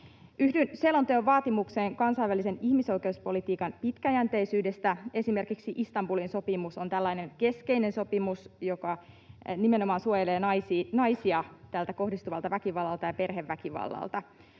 Yhdyn selonteon vaatimukseen kansainvälisen ihmisoikeuspolitiikan pitkäjänteisyydestä. Esimerkiksi Istanbulin sopimus on tällainen keskeinen sopimus, joka nimenomaan suojelee naisia tältä heihin kohdistuvalta väkivallalta ja perheväkivallalta.